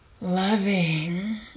loving